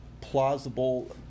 plausible